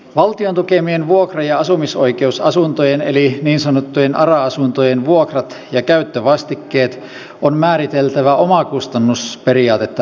valtion tukemien vuokra ja asumisoikeusasuntojen eli niin sanottujen ara asuntojen vuokrat ja käyttövastikkeet on määriteltävä omakustannusperiaatetta noudattaen